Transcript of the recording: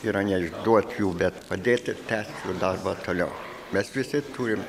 yra neišduot jų bet padėti tęs darbą toliau mes visi turim